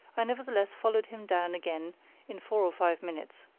i nevertheless followed him down again in four or five minutes.